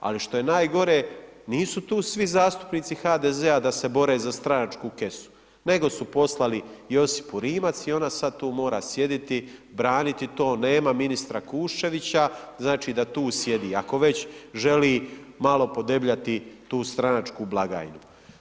Ali što je najgore nisu tu svi zastupnici HDZ-a da se bore za stranačku kesu nego su poslali Josipu Rimac i ona sad tu mora sjediti, braniti to, nema ministra Kuščevića znači da tu sjedi, ako već želi malo podebljati tu stranačku blagajnu.